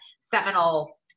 seminal